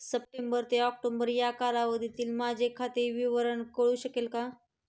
September ते October या कालावधीतील माझे खाते विवरण कळू शकेल का?